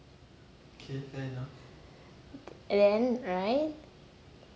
and then right